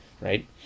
right